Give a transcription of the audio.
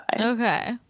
Okay